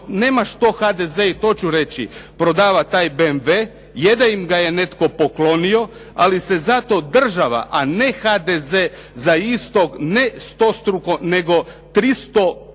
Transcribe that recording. nema što HDZ i to ću reći, prodavati taj BMW. Je da im ga je netko poklonio, ali se zato država, a ne HDZ za istog ne stostrukom, nego 300 puta